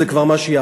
זה מה שיעבור.